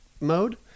mode